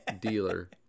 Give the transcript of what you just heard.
dealer